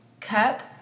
cup